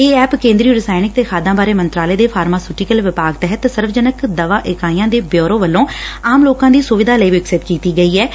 ਇਹ ਐਂਪ ਕੇਦਰੀ ਰਸਾਇਣਕ ਤੇ ਖਾਦਾਂ ਬਾਰੇ ਮੰਤਰਾਲੇ ਦੇ ਫਾਰਮਾ ਸੂਟੀਕਲ ਵਿਭਾਗ ਤਹਿਤ ਸਰਵਜਨ ਦਵਾ ਇਕਾਈਆਂ ਦੇ ਬਿਊਰੋ ਵੱਲੋਂ ਆਮ ਲੋਕਾਂ ਦੀ ਸੁਵਿਧਾ ਲਈ ਵਿਕਸਿਤ ਕੀਤੀ ਗਈ ਐਂ